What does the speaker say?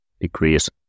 degrees